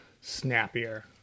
snappier